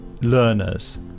learners